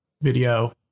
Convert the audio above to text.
video